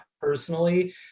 personally